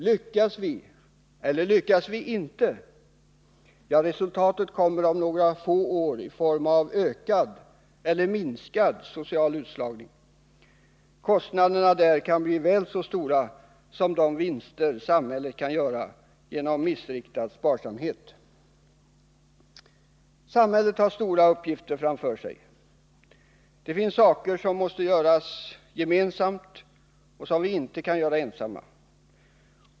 Lyckas vi, eller lyckas vi inte — resultatet kommer om några få år i form av ökad eller minskad social utslagning. Kostnaderna kan bli väl så stora som de vinster samhället kan göra genom missriktad sparsamhet. Samhället har stora uppgifter framför sig. Det finns saker som vi måste lösa gemensamt, som vi inte kan göra ensamma.